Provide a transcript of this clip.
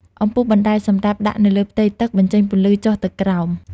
អំពូលបណ្តែត សម្រាប់ដាក់នៅលើផ្ទៃទឹក បញ្ចេញពន្លឺចុះទៅក្រោម។